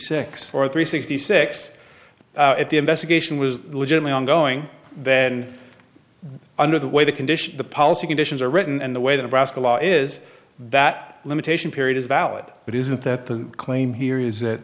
six or three sixty six at the investigation was legitimate ongoing then under the way the conditions the policy conditions are written and the way the rascal law is that limitation period is valid but isn't that the claim here is that